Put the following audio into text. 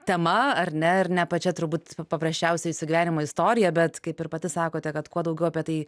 tema ar ne ir ne pačia turbūt paprasčiausia jūsų gyvenimo istorija bet kaip ir pati sakote kad kuo daugiau apie tai